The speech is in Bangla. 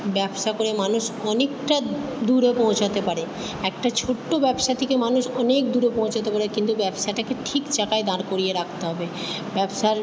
ব্যবসা করে মানুষ অনেকটা দূরে পৌঁছাতে পারে একটা ছোট্ট ব্যবসা থেকে মানুষ অনেক দূরে পৌঁছাতে পারে কিন্তু ব্যবসাটাকে ঠিক জায়গায় দাঁড় করিয়ে রাখতে হবে ব্যবসার